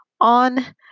on